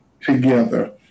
together